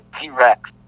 T-Rex